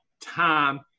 time